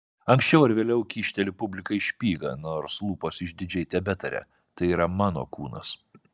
anksčiau ar vėliau kyšteli publikai špygą nors lūpos išdidžiai tebetaria tai yra mano kūnas